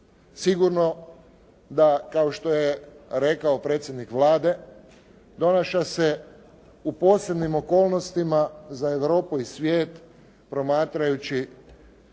Sigurno da kao što je rekao predsjednik Vlade, donaša se u posebnim okolnostima za Europu i svijet promatrajući